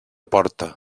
porta